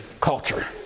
culture